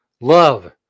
Love